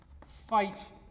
fight